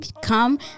come